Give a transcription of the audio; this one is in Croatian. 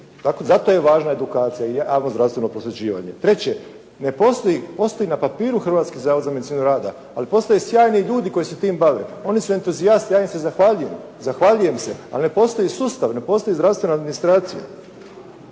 Za to je važna edukacija i javno zdravstveno prosvjećivanje. Treće, ne postoji, postoji na papiru Hrvatski zavod za medicinu rada, ali postoje i sjajni ljudi koji se time bave. Oni su entuzijasti, ja im se zahvaljujem. Zahvaljujem se. Ali ne postoji sustav, ne postoji zdravstvena administracija.